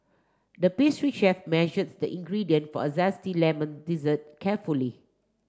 the pastry chef measures the ingredient for a zesty lemon dessert carefully